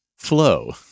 flow